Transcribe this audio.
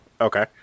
Okay